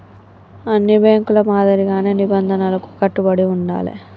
అన్ని బ్యేంకుల మాదిరిగానే నిబంధనలకు కట్టుబడి ఉండాలే